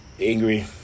angry